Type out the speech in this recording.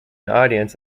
audience